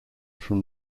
from